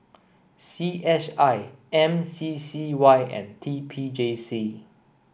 C S I M C C Y and T P J C